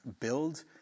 build